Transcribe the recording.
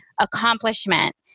accomplishment